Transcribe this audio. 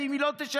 ואם היא לא תשלם,